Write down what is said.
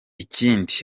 ikindi